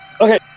Okay